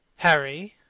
harry!